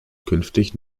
künftig